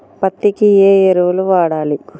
పత్తి కి ఏ ఎరువులు వాడాలి?